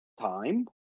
time